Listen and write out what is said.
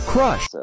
Crush